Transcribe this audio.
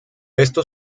estos